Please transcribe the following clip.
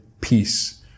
peace